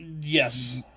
Yes